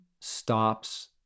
stops